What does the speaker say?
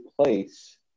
place